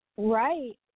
Right